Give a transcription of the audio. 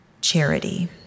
Charity